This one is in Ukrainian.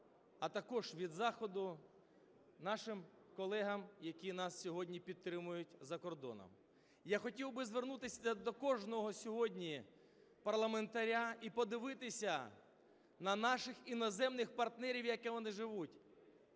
а також від заходу нашим колегам, які нас сьогодні підтримують за кордоном. Я хотів би звернутись до кожного сьогодні парламентаря і подивитися на наших іноземних партнерів, як вони живуть,